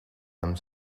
and